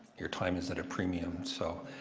your time is at a premium. so